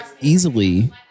Easily